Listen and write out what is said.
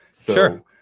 Sure